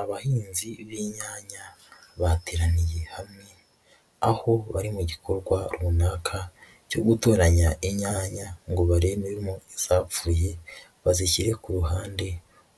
Abahinzi b'inyanya, bateraniye hamwe aho bari mu gikorwa runaka cyo gutoranya inyanya ngo barebemo izapfuye bazishyire ku ruhande,